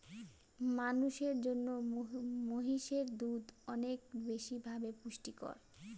মানুষের জন্য মহিষের দুধ অনেক বেশি ভাবে পুষ্টিকর